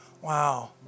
Wow